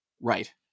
right